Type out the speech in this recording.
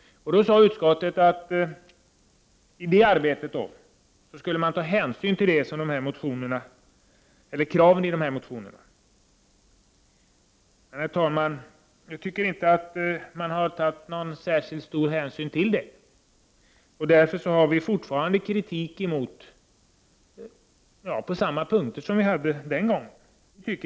Utskottet sade att man vid den kommande behandlingen av det ärendet skulle ta hänsyn till kraven i motionerna. Herr talman! Jag tycker inte att man har tagit någon särskilt stor hänsyn till motionerna. Centerpartiet riktar därför fortfarande kritik på samma punkter som vi gjorde den gången.